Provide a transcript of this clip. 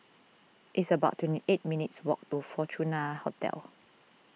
it's about twenty eight minutes' walk to Fortuna Hotel